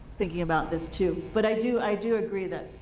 thinking about this, too. but i do i do agree that.